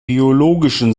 biologischen